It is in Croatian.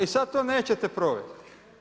I sad to nećete provesti.